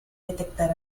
detectar